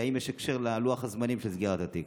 ואם יש קשר ללוח הזמנים של סגירת התיק.